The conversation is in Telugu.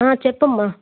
చెప్పమ్మా